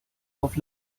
auf